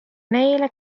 neile